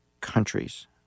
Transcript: countries